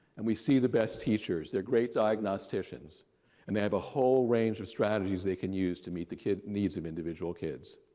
and we see the best teachers, they're great diagnosticians and may have a whole range of strategies they can use to meet the kid needs of individual kids.